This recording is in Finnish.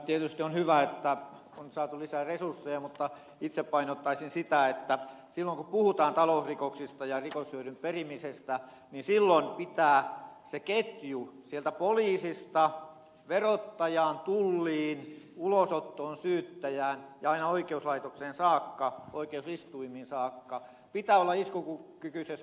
tietysti on hyvä että on saatu lisää resursseja mutta itse painottaisin sitä että silloin kun puhutaan talousrikoksista ja rikoshyödyn perimisestä silloin pitää sen ketjun olla iskukykyisessä kunnossa sieltä poliisista verottajaan tulliin ulosottoon syyttäjään ja aina oikeuslaitokseen saakka oikeusistuimiin saakka pitää olla jos puhuu kyvykäs